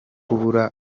kubura